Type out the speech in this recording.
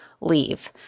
leave